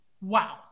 wow